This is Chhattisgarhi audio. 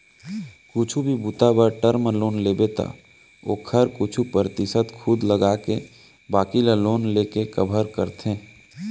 कुछु भी बूता बर टर्म लोन लेबे त ओखर कुछु परतिसत खुद लगाके बाकी ल लोन लेके कभर करथे